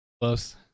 close